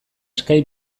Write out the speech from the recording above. skype